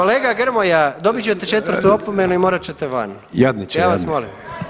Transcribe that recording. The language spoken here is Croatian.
Kolega Grmoja dobit ćete četvrtu opomenu i morat ćete van [[Upadica: Jadniče jadni.]] ja vas molim.